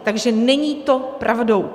Takže není to pravdou.